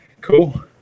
cool